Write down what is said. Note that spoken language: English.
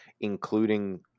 including